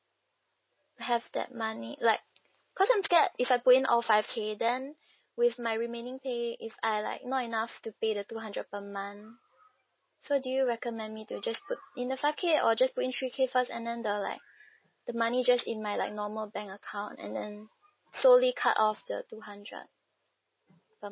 have that money like cause I'm scared if I put in all five K then with my remaining pay if I like not enough to pay the two hundred per month so do you recommend me to just put in the five K or just put in three K first and then the like the money just in my like normal bank account and then slowly cut off the two hundred per